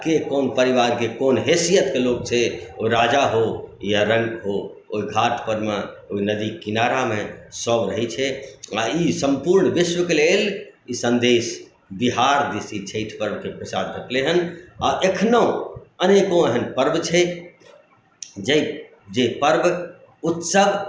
आ केँ कोन परिवारके कोन हैसियतके लोक छै ओ राजा हो या रङ्क हो ओहि घाट परमे ओहि नदीके किनारामे सभ रहैत छै आ ई सम्पूर्ण विश्वके लेल ई सन्देश बिहार दिश ई छठि पर्वके प्रचार भेटलै हँ आ एखनहुँ अनेको एहन पर्व छै जे पर्व उत्सव